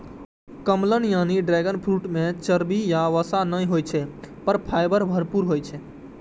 कमलम यानी dragon fruit मे चर्बी या वसा नै होइ छै, पर फाइबर भरपूर होइ छै